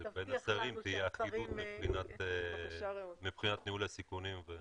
שבין השרים תהיה אחידות מבחינת ניהול הסיכונים.